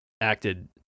acted